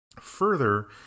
further